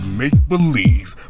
make-believe